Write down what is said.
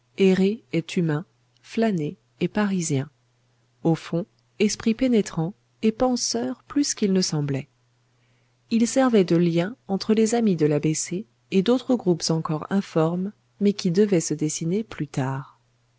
est humain flâner est parisien au fond esprit pénétrant et penseur plus qu'il ne semblait il servait de lien entre les amis de l'a b c et d'autres groupes encore informes mais qui devaient se dessiner plus tard